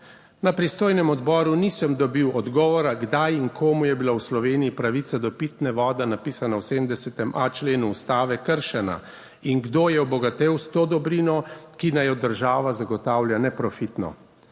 Na pristojnem odboru nisem dobil odgovora, kdaj in komu je bila v Sloveniji pravica do pitne vode napisana v 70. členu Ustave kršena in kdo je obogatel s to dobrino, ki naj jo država zagotavlja neprofitno?